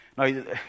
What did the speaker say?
Now